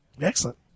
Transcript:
Excellent